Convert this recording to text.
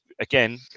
again